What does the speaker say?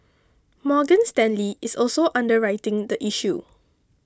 Morgan Stanley is also underwriting the issue